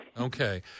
Okay